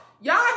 Y'all